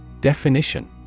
Definition